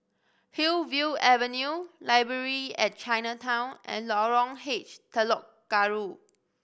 Hillview Avenue Library at Chinatown and Lorong H Telok Kurau